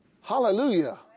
Hallelujah